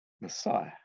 Messiah